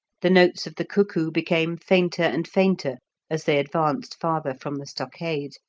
the notes of the cuckoo became fainter and fainter as they advanced farther from the stockade,